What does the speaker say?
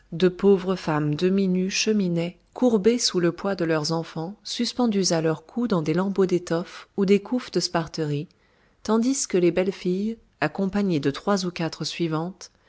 de pauvres femmes demi nues cheminaient courbées sous le poids de leurs enfants suspendus à leur cou dans des lambeaux d'étoffe ou des couffes de sparterie tandis que de belles filles accompagnées de trois ou quatre suivantes